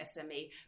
SME